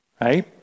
right